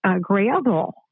gravel